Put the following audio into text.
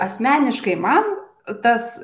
asmeniškai man tas